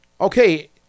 okay